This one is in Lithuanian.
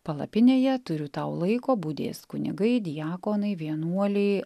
palapinėje turiu tau laiko budės kunigai diakonai vienuoliai